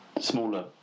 smaller